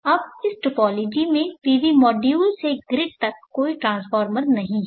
अब इस टोपोलॉजी में पीवी मॉड्यूल से ग्रिड तक कोई ट्रांसफ़ॉर्मर नहीं है